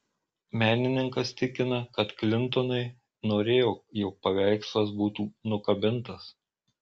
menininkas tikina kad klintonai norėjo jog paveikslas būtų nukabintas